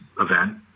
event